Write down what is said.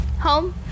home